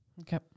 Okay